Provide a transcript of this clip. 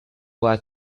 that